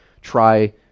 try